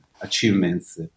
achievements